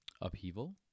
Upheaval